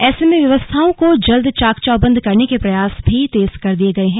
ऐसे में व्यवस्थाओं को जल्द चाक चौबंद करने के प्रयास भी तेज कर दिए गए है